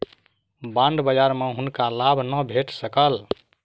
bond बजार में हुनका लाभ नै भेट सकल